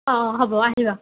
অ হ'ব আহিবা